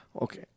Okay